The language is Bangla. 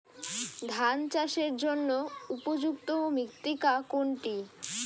ধান চাষের জন্য উপযুক্ত মৃত্তিকা কোনটি?